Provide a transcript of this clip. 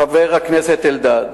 חבר הכנסת אלדד,